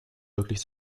wirklich